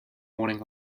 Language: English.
morning